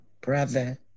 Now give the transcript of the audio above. brother